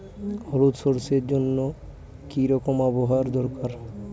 হলুদ সরষে জন্য কি রকম আবহাওয়ার দরকার?